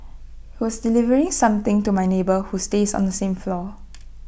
he was delivering something to my neighbour who stays on the same floor